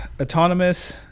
autonomous